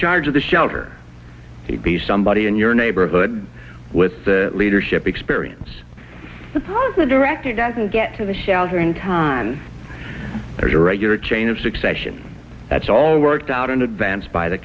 charge of the shelter he'd be somebody in your neighborhood with the leadership experience as a director doesn't get to the shelter in time for your regular chain of succession that's all worked out in advance by the